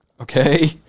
okay